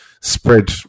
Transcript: spread